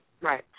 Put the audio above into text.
Right